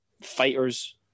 fighter's